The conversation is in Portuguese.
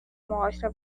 mostra